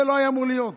זה לא היה אמור להיות.